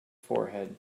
forehead